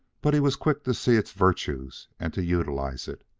but he was quick to see its virtues and to utilize it.